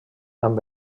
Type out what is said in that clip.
amb